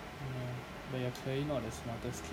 ya but you are clearly not the smartest kid lah